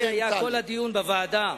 זה היה כל הדיון בוועדה,